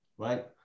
right